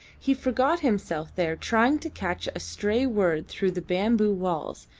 he forgot himself there trying to catch a stray word through the bamboo walls,